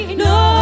no